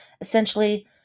essentially